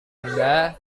anda